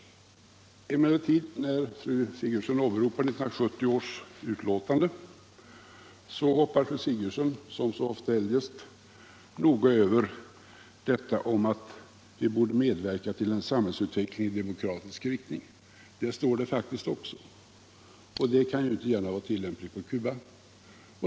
Fru Sigurdsen åberopar 1970 års uttalande men hoppar som så ofta eljest noga över vad som står om att vi borde medverka till en samhällsutveckling i demokratisk riktning — så står det faktiskt också. Detta kan ju inte gärna vara tillämpligt på Cuba.